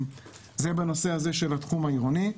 זה בתחום העירוני.